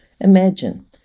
Imagine